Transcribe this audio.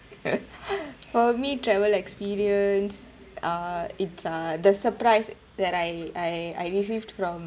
for me travel experience uh it's uh the surprise that I I I received from